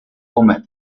comer